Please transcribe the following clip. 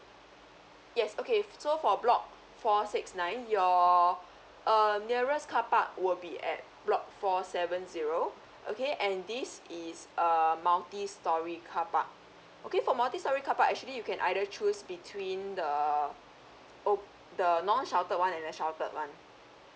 yes okay so for block four six nine your err nearest car park will be at block four seven zero okay and this is a multistorey car park okay for multistorey car park actually you can either choose between the op~ the non sheltered one and the sheltered one